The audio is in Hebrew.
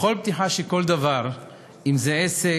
בכל פתיחה של כל דבר, אם זה עסק,